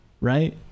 Right